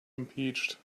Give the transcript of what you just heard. impeached